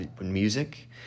music